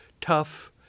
tough